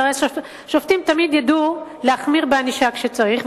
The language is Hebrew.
שהרי שופטים תמיד ידעו להחמיר בענישה כשצריך,